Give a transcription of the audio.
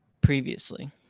previously